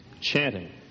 chanting